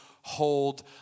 hold